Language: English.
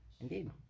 Indeed